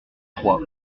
trois